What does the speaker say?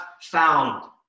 found